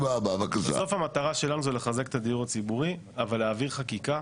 בסוף המטרה שלנו זה לחזק את הדיור הציבורי אבל להעביר חקיקה